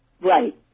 Right